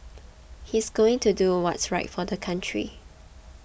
he's going to do what's right for the country